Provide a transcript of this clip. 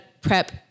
prep